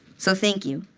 so thank you.